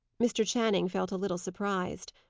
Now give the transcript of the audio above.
mr. channing felt a little surprised.